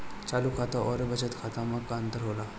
चालू खाता अउर बचत खाता मे का अंतर होला?